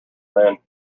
then